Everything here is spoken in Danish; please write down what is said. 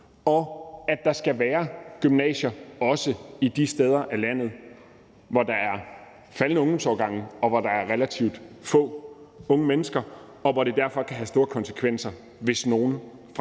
og at der også skal være gymnasier de steder i landet, hvor der er faldende ungdomsårgange, hvor der er relativt få unge mennesker, og hvor det derfor kan have store konsekvenser, hvis nogen fra en